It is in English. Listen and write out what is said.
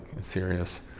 serious